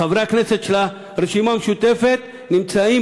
חברי הכנסת של הרשימה המשותפת נמצאים